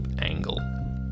angle